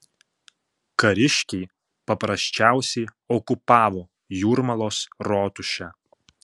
kariškiai paprasčiausiai okupavo jūrmalos rotušę